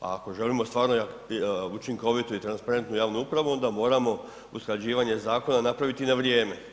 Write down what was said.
A ako želimo stvarno učinkovitu i transparentnu javnu upravu, onda moramo usklađivanje zakona napraviti na vrijeme.